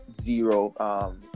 zero